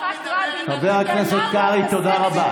חבר הכנסת יברקן,